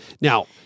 Now